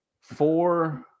four